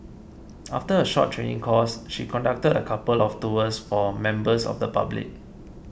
after a short training course she conducted a couple of tours for members of the public